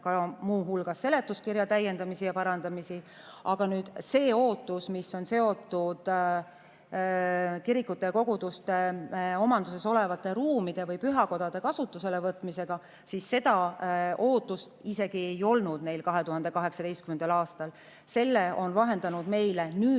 muu hulgas seletuskirjas täiendusi ja parandusi tehes. Aga seda ootust, mis on seotud kirikute ja koguduste omanduses olevate ruumide või pühakodade kasutusele võtmisega, isegi ei olnud neil 2018. aastal. Selle on vahendanud meile nüüd